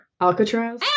Alcatraz